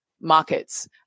markets